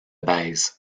baise